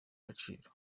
agaciro